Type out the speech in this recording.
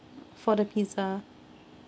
for the pizza